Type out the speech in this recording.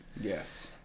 Yes